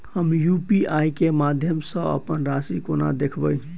हम यु.पी.आई केँ माध्यम सँ अप्पन राशि कोना देखबै?